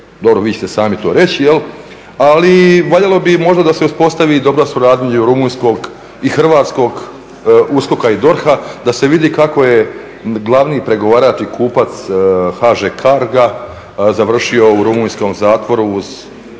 dobro vi ćete sami to reći, ali valjalo bi možda se uspostavi dobra suradnja između Rumunjskog i Hrvatskog USKOK-a i DORH-a, da se vidi kako je glavni pregovarač i kupac HŽ cargo završio u rumunjskom zatvoru uz